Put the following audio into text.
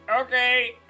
okay